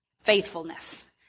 Faithfulness